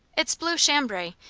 it's blue chambray,